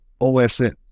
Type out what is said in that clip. OSN